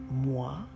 moi